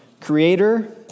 Creator